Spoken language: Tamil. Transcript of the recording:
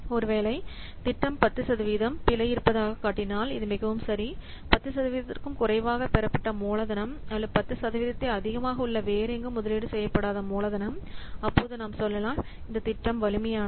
ஒருவேளை திட்டம் 10 சதவீதம் பிழை இருப்பதாக காட்டினால் இது மிகவும் சரி 10 சதவீதத்திற்கும் குறைவாக பெறப்பட்ட மூலதனம் அல்லது பத்து சதவீதத்தை அதிகமாக உள்ள வேறு எங்கும் முதலீடு செய்யப்படாத மூலதனம் அப்போது நாம் சொல்லலாம் இந்த திட்டம் வலிமையானது